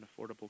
Affordable